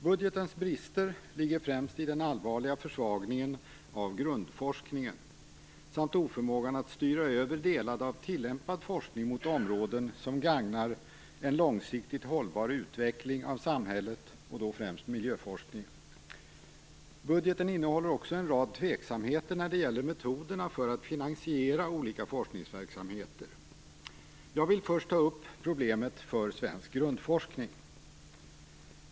Budgetens brister ligger främst i den allvarliga försvagningen av grundforskningen samt oförmågan att styra över delar av tillämpad forskning mot områden som gagnar en långsiktigt hållbar utveckling av samhället, främst miljöforskningen. Budgeten innehåller också en rad tveksamheter när det gäller metoderna för att finansiera olika forskningsverksamheter. Jag vill först ta upp problemen för svensk grundforskning.